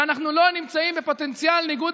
שאנחנו לא נמצאים בפוטנציאל של ניגוד